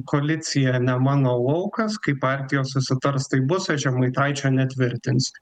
koalicija ne mano laukas kai partijos susitars taip bus o žemaitaičio netvirtins